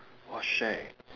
!wah! shag